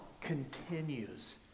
continues